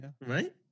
Right